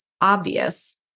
obvious